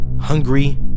hungry